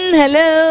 hello